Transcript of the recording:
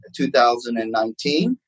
2019